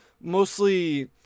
mostly